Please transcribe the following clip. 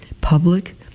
public